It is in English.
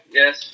yes